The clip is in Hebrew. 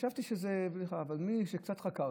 חשבתי שזאת בדיחה, אבל מאז קצת חקרתי,